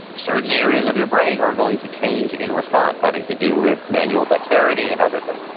certain areas of your brain are going to change in response having to do with manual dexterity, and other things.